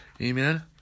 Amen